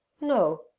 No